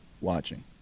watching